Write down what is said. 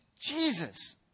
Jesus